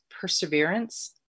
perseverance